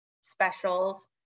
specials